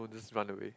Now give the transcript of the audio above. won't just run away